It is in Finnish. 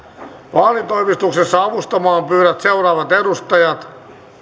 vaalitoimituksessa avustamaan pyydän seuraavat edustajat